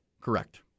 Correct